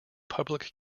public